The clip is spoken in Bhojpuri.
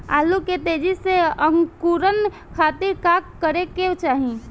आलू के तेजी से अंकूरण खातीर का करे के चाही?